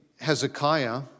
Hezekiah